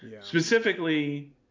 specifically